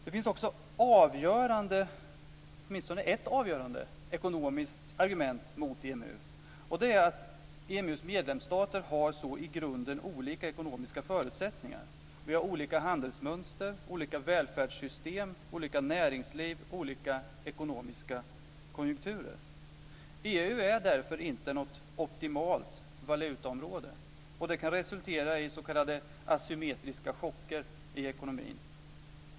Det finns också åtminstone ett avgörande ekonomiskt argument mot EMU. Det är att EMU:s medlemsstater har så i grunden olika ekonomiska förutsättningar. Vi har olika handelsmönster, olika välfärdssystem, olika näringsliv och olika ekonomiska konjunkturer. EU är därför inte något optimalt valutaområde. Det kan resultera i s.k. asymmetriska chocker i ekonomin.